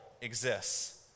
exists